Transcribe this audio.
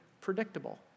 predictable